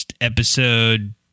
Episode